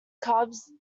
cubs